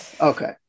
Okay